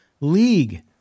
league